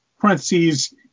parentheses